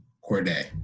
Corday